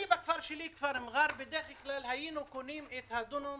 בכפר שלי, כפר מג'אר, בדרך כלל היינו קונים דונם